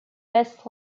best